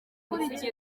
ubutegetsi